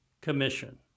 Commission